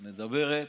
מדברת,